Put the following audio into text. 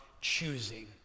choosing